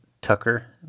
Tucker